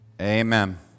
Amen